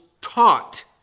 taught